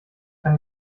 kann